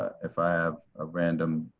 if i have a random